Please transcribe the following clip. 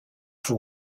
faut